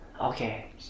okay